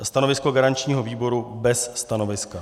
Stanovisko garančního výboru bez stanoviska.